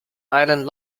island